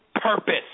purpose